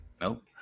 Nope